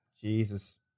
Jesus